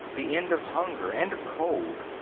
the end of hunger and of cold,